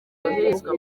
yoherezwa